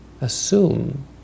assume